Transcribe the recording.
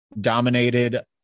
dominated